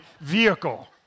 vehicle